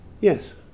yes